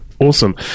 Awesome